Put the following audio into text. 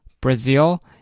Brazil